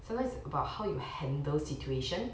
sometimes it's about how you handle situation